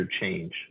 change